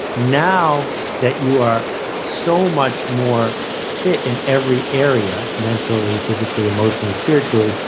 now that you are so much more fit in every area, mentally, physically, emotionally, spiritually,